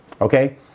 Okay